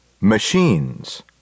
Machines